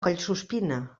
collsuspina